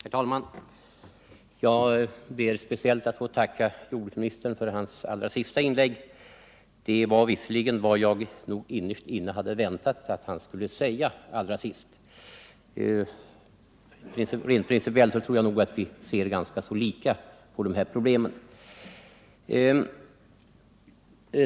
Herr talman! Jag ber speciellt att få tacka jordbruksministern för hans allra senaste inlägg. Det var visserligen vad jag innerst inne hade väntat att han skulle säga. Rent principiellt tror jag nog att vi ser ganska lika på dessa problem.